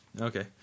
Okay